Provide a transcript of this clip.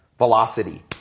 velocity